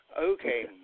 Okay